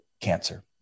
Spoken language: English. cancer